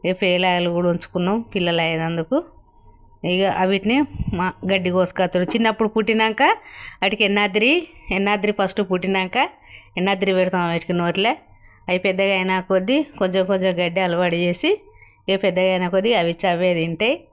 ఏ ఫిమేల్లను కూడా ఉంచుకున్నాం పిల్లలు అయినందుకు ఇగ వాటిని మా గడ్డి కోసుకొచ్చుడు చిన్నప్పుడు పుట్టినాక వాటికి యనాద్రి యనాద్రి ఫస్ట్ పుట్టినాక యనాద్రి పెడతాం వాటికి నోట్లో అవి పెద్దగ అయిన కొద్ధి కొంచెం కొంచెం గడ్డి అలవాటు చేేసి ఇక పెద్దగ అయిన కొద్ది అవి వచ్చి అవే తింటాయి